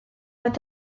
bat